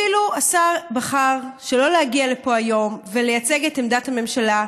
אפילו השר בחר שלא להגיע לפה היום ולייצג את עמדת הממשלה.